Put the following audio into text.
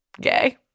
gay